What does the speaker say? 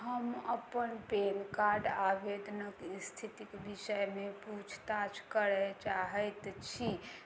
हम अपन पेनकार्ड आवेदनक स्थितिक विषयमे पूछताछ किछु करै चाहैत छी